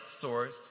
source